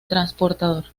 transportador